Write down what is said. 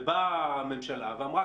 ובאה הממשלה ואמרה,